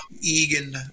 Egan